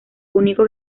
único